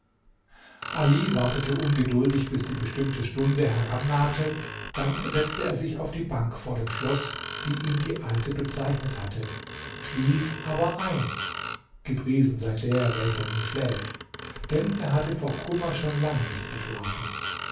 ali wartete ungeduldig bis die bestimmte stunde herannahte dann setzte er sich auf die bank vor dem schloß die ihm die alte bezeichnet hatte schlief aber ein gepriesen sei der welcher nie schläft denn er hatte vor kummer schon lange nicht geschlafen